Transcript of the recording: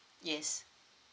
yes